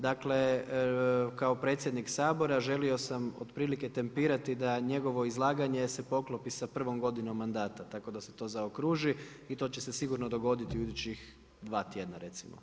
Dakle kao predsjednik Sabora želio sam otprilike tempirati da njegovo izlaganje se poklopi sa prvom godinom mandata tako da se to zaokruži i to će se sigurno dogoditi u idućih 2 tjedna recimo.